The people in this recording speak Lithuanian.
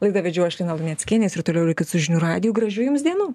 laidą vedžiau aš lina luneckienė jūr ir toliau likit su žinių radiju gražių jums dienų